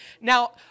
Now